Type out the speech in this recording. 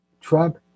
Trump